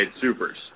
supers